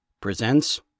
presents